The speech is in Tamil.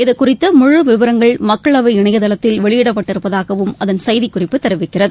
இதுகுறித்த முழு விவரங்கள் மக்களவை இணையதளத்தில் வெளியிடப்பட்டிருப்பதாகவும் அதன் செய்திக்குறிப்பு தெரிவிக்கிறது